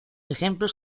ejemplos